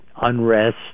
unrest